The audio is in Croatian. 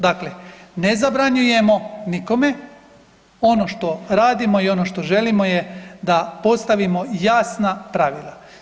Dakle, ne zabranjujemo nikome, ono što radimo i ono što želimo je da postavimo jasna pravila.